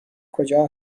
کجا